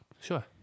Sure